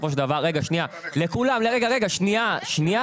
יש דבר